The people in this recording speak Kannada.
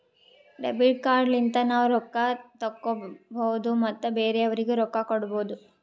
ಡೆಬಿಟ್ ಕಾರ್ಡ್ ಲಿಂತ ನಾವ್ ರೊಕ್ಕಾ ತೆಕ್ಕೋಭೌದು ಮತ್ ಬೇರೆಯವ್ರಿಗಿ ರೊಕ್ಕಾ ಕೊಡ್ಭೌದು